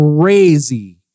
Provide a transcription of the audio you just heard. crazy